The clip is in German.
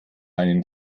einen